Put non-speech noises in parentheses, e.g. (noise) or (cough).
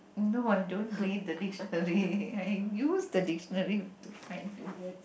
no I don't read the dictionary (noise) I use the dictionary to find the word